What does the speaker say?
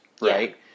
right